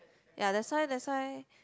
ya that's why that's why